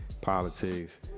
politics